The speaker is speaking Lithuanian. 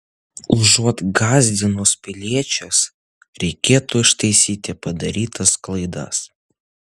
užuot gąsdinus piliečius reikėtų ištaisyti padarytas klaidas